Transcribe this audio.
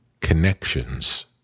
connections